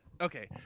okay